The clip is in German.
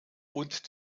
und